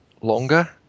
longer